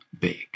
big